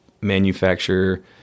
manufacture